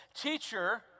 teacher